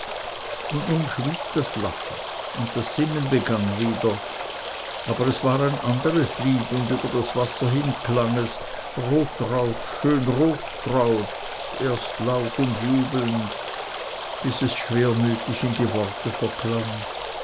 und nun schwieg das lachen und das singen begann wieder aber es war ein andres lied und über das wasser hin klang es rothtraut schön rothtraut erst laut und jubelnd bis es schwermütig in die worte verklang